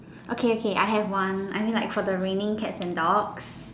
okay okay I have one I mean for the raining cats and dogs